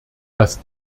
dass